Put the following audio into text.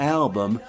album